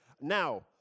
now